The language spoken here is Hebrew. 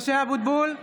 משה אבוטבול,